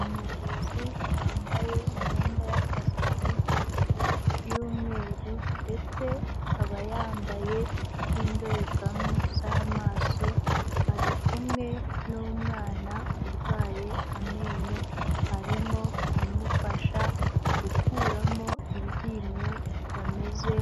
Umuvuzi wambaye imyenda y'akazi yabugenewe y'umweru ndetse akaba yambaye n'indorerwamo z'amaso, ari kumwe n'umwana urwaye amenyo, arimo kumufasha gukuramo iryinyo ritameze